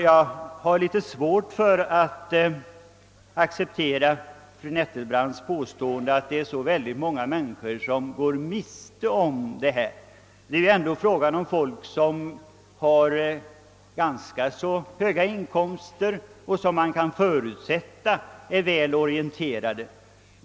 Jag har också litet svårt att acceptera fru Nettelbrandts påstående att det är så väldigt många människor som går miste om särbeskattningen. Det är ändå här fråga om folk som har ganska höga inkomster och som man kan förutsätta är väl orienterade.